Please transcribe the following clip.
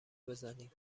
بزنیم